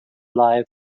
lives